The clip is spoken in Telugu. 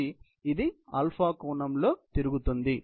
ఇది కోణంలో తిరుగుతోంది